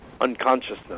unconsciousness